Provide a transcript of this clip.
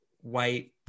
white